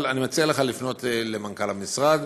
אבל אני מציע לך לפנות טל מנכ"ל המשרד.